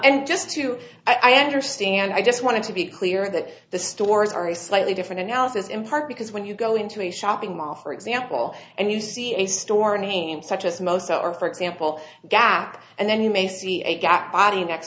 and just to i understand i just want to be clear that the stores are a slightly different analysis in part because when you go into a shopping mall for example and you see a store name such as most are for example gap and then you may see a gap body next